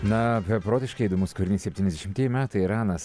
na beprotiškai įdomus kūrinys septyniasdešimtieji metai iranas